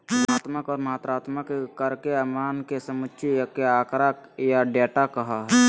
गुणात्मक और मात्रात्मक कर के मान के समुच्चय के आँकड़ा या डेटा कहो हइ